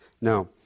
No